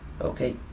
Okay